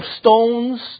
stones